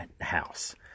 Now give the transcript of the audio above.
house